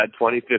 2015